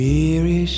Weary